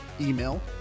email